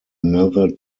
another